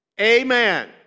Amen